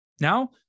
Now